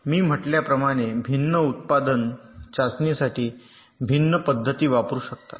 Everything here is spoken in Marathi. मी म्हटल्याप्रमाणे भिन्न उत्पादन चाचणीसाठी भिन्न पद्धती वापरु शकतात